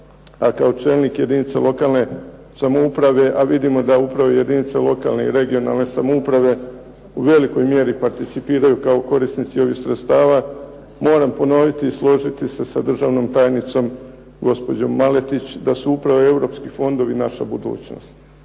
A kao čelnik jedinica lokalne samouprave, a vidimo da upravo jedinice lokalne i regionalne samouprave u velikoj mjeri participiraju kao korisnici ovih sredstava, moram ponoviti i složiti se sa državnom tajnicom gospođom Maletić da su upravo Europski fondovi naša budućnost.